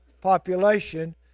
population